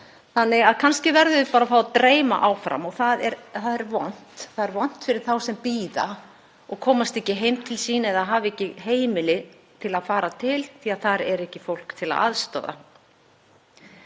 Kannski verðum við bara að fá dreyma áfram og það er vont. Það er vont fyrir þá sem bíða og komast ekki heim til sín eða hafa ekki heimili til að fara til því að þar er ekki fólk til að aðstoða.